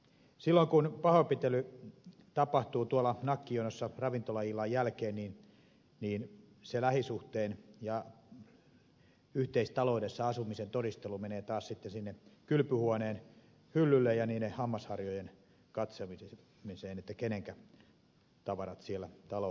silloin kun pahoinpitely tapahtuu tuolla nakkijonossa ravintolaillan jälkeen lähisuhteen ja yhteistaloudessa asumisen todistelu menee taas sinne kylpyhuoneen hyllylle ja hammasharjojen katsomiseen kenen tavarat siellä taloudessa ovat